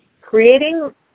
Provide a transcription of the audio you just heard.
Creating